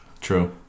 true